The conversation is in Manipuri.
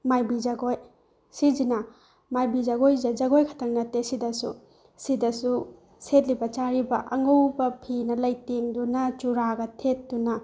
ꯃꯥꯏꯕꯤ ꯖꯒꯣꯏ ꯁꯤꯁꯤꯅ ꯃꯥꯏꯕꯤ ꯖꯒꯣꯏꯁꯦ ꯖꯒꯣꯏꯈꯛꯇꯪ ꯅꯠꯇꯦ ꯁꯤꯗꯁꯨ ꯁꯤꯗꯁꯨ ꯁꯦꯠꯂꯤꯕ ꯆꯥꯔꯤꯕ ꯑꯉꯧꯕ ꯐꯤꯅ ꯂꯩꯇꯦꯡꯗꯨꯅ ꯆꯨꯔꯥꯒ ꯊꯦꯠꯇꯨꯅ